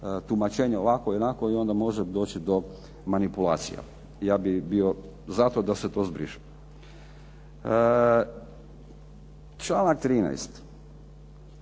tumačenje ovako i onako i onda može doći do manipulacija. Ja bih bio za to da se to zbriše. Članak 13.